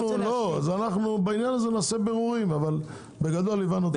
אז בעניין הזה נעשה בירורים אבל בגדול הבנו.